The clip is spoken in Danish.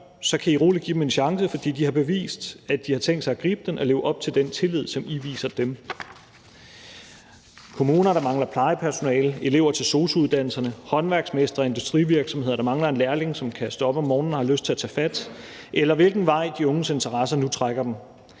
kan I roligt give dem en chance, for de har bevist, at de har tænkt sig at gribe den og leve op til den tillid, som I viser dem. Det kan være i kommuner, der mangler plejepersonale, som elever til sosu-uddannelserne, som lærling hos håndværksmestre og industrivirksomheder, der mangler en lærling, som kan stå op om morgenen og har lyst til at tage fat, eller hvilken vej de unges interesser nu trækker dem.